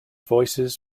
voices